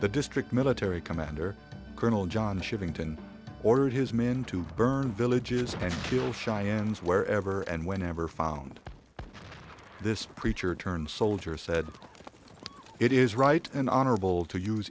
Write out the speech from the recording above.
the district military commander colonel john shifting to and ordered his men to burn villages and kill cheyennes wherever and whenever found this preacher turned soldier said it is right and honorable to use